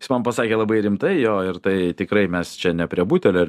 jis man pasakė labai rimtai jo ir tai tikrai mes čia ne prie butelio ir